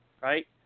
right